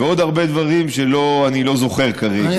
ועוד הרבה דברים שאני לא זוכר כרגע,